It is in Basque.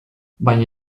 baina